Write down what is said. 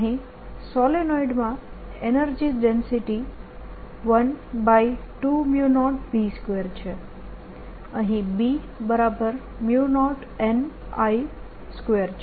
અહીં સોલેનોઇડમાં energy density 120B2 છે અહીં B2 છે